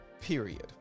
period